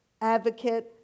advocate